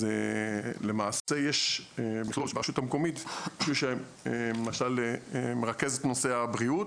למעשה יש ברשות המקומית מישהו שמרכז את נושא הבריאות,